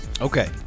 Okay